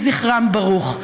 יהי זכרם ברוך.